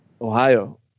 Ohio